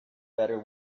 better